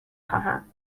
خواهم